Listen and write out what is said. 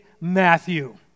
Matthew